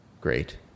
Great